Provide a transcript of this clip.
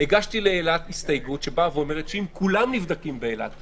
הגשתי לאילת הסתייגות שאומרת שאם כולם נבדקים באילת,